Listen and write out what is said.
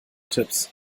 tipps